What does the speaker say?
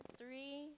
three